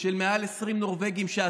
של מעל 20 נורבגים, ואתה,